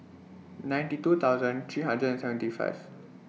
ninety two thousand three hundred and seventy five